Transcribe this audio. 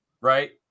right